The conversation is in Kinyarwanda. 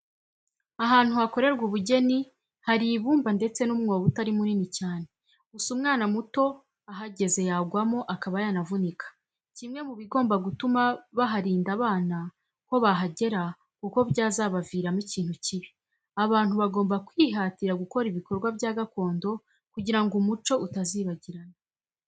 Ahantu hakorerwa ubugeni hari ibumba ndetse n'umwobo utari munini cyane, gusa umwana muto ahageze yagwamo akaba yanavunika, kimwe mubigomba gutuma baharinda abana ko bahagera kuko byazabaviramo ikintu kibi. Abantu bagomba kwihatira gukora ibikorwa bya gakondo kugira ngo umuco utazibagirana.